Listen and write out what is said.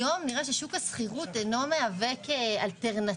היום נראה ששוק השכירות אינו מהווה אלטרנטיבה